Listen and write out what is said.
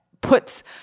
puts